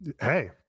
Hey